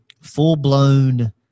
full-blown